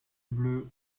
bleue